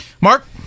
mark